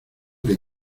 que